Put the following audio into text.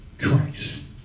Christ